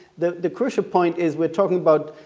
the the crucial point is we're talking about